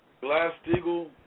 Glass-Steagall